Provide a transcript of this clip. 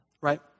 Right